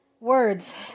Words